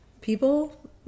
people